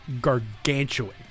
gargantuan